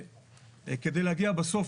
כדי להגיע בסוף